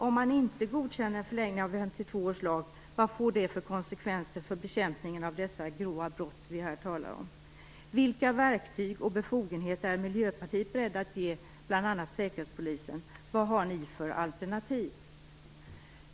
Om man inte godkänner en förlängning av 1952 års lag, vad får det för konsekvenser för bekämpningen av de grova brott vi här talar om? Vilka verktyg och befogenheter är Miljöpartiet berett att ge bl.a. Säkerhetspolisen? Vad har ni för alternativ?